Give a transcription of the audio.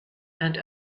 and